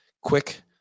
Quick